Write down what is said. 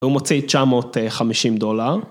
אני ממש ממש רעב אבל האוכל עוד לא מוכן